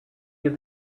give